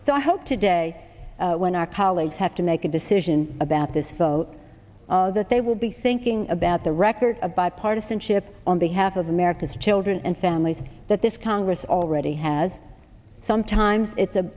i hope today when our colleagues have to make a decision about this vote that they will be thinking about the record of bipartisanship on behalf of america's children and families that this congress already has sometimes it's